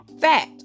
fact